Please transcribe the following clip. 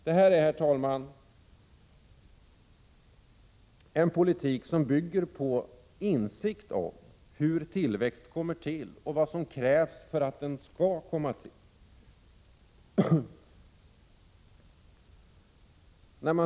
Det här är, herr talman, en politik som bygger på insikt om hur tillväxt kommer till och vad som krävs för att den skall komma till.